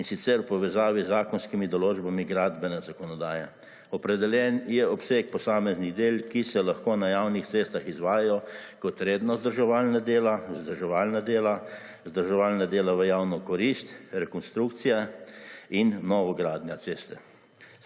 in sicer v povezavi z zakonskimi določbami gradbene zakonodaje. Opredeljen je obseg posameznih del, ki se lahko na javnih cestah izvajajo kot redno vzdrževalna dela, vzdrževalna dela, vzdrževalna dela v javno korist, rekonstrukcija in novogradnja ceste.